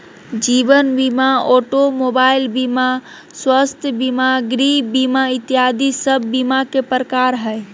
जीवन बीमा, automobile बीमा, स्वास्थ्य बीमा, गृह बीमा इत्यादि सब बीमा के प्रकार हय